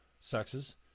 sexes